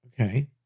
Okay